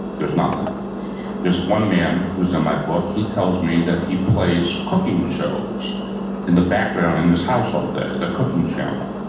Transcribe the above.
there's nothing there's one man who's in my book, he tells me that he plays cooking shows in the background in his house all day, the cooking channel,